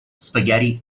spaghetti